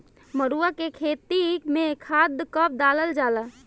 मरुआ के खेती में खाद कब डालल जाला?